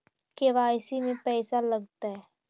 KYC में पैसा लगतै?